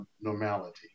normality